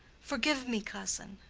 forgive me, cousin.